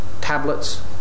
tablets